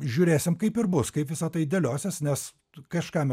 žiūrėsim kaip ir bus kaip visa tai dėliosis nes kažkam